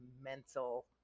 mental